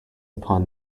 upon